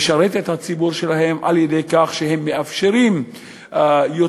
לשרת את הציבור שלהם בכך שהם מאפשרים יותר